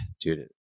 dude